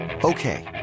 Okay